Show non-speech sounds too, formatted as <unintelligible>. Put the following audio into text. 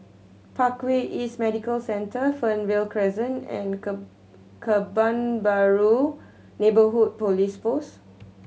Parkway East Medical Centre Fernvale Crescent and <unintelligible> Kebun Baru Neighbourhood Police Post